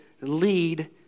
lead